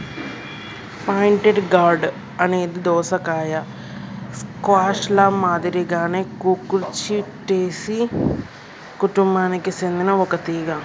pointed gourd అనేది దోసకాయ, squash ల మాదిరిగానే కుకుర్చిటేసి కుటుంబానికి సెందిన ఒక తీగ